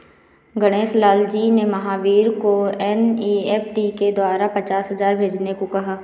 गणेश लाल जी ने महावीर को एन.ई.एफ़.टी के द्वारा पचास हजार भेजने को कहा